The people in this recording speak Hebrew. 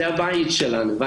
זה הבית שלנו.